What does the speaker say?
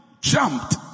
jumped